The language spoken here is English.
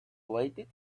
waited